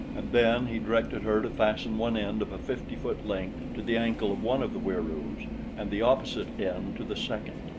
and then he directed her to fasten one end of a fifty-foot length to the ankle of one of the wieroos and the opposite end to the second.